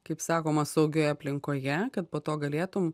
kaip sakoma saugioje aplinkoje kad po to galėtum